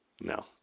No